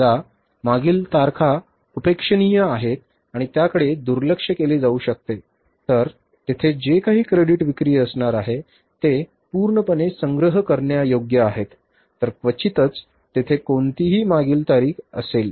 समजा मागील तारखा उपेक्षणीय आहेत आणि त्याकडे दुर्लक्ष केले जाऊ शकते तर तेथे जे काही क्रेडिट विक्री असणार आहे ते पूर्णपणे संग्रह करण्यायोग्य आहेत तर क्वचितच तेथे कोणतीही मागील तारीख असेल